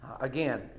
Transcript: Again